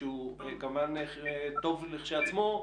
שהוא כמובן טוב כשלעצמו,